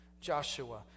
Joshua